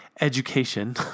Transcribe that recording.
education